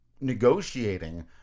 negotiating